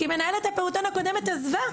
כי מנהלת הפעוטון הקודם עזבה,